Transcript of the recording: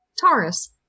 Taurus